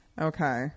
okay